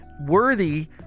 Worthy